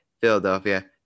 Philadelphia